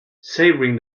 savouring